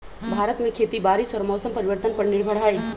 भारत में खेती बारिश और मौसम परिवर्तन पर निर्भर हई